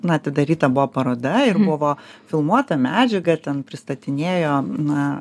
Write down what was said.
na atidaryta buvo paroda ir buvo filmuota medžiaga ir ten pristatinėjo na